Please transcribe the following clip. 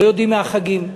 לא יודעים מהחגים,